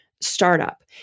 startup